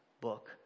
book